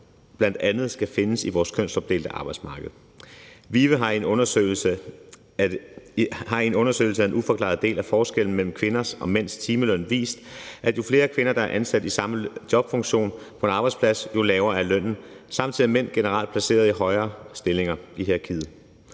bl.a. skal findes i vores kønsopdelte arbejdsmarked. VIVE har i en undersøgelse af den uforklarede del af forskellen mellem kvinders og mænds timeløn vist, at jo flere kvinder, der er ansat i samme jobfunktion på en arbejdsplads, jo lavere er lønnen. Samtidig er mænd generelt placeret i højere stillinger i hierarkiet.